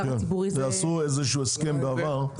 הציבורי --- עשו איזה שהוא הסכם בעבר,